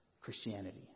Christianity